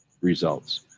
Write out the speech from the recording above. results